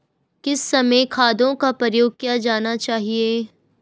किस समय खादों का प्रयोग किया जाना चाहिए?